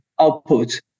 output